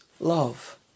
love